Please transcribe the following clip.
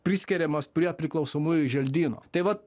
priskiriamos prie priklausomųjų želdyno tai vat